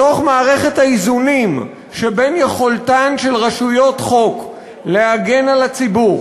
בתוך מערכת האיזונים שבין יכולתן של רשויות חוק להגן על הציבור